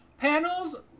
Panels